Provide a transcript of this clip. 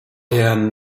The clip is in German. herrn